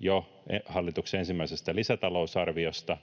jo hallituksen ensimmäisestä lisätalousarviosta.